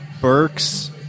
Burks